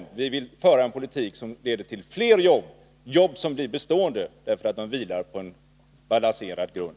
Vi moderater vill föra en politik som leder till fler jobb, jobb som blir bestående därför att de vilar på en balanserad grund.